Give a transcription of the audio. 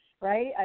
right